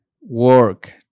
work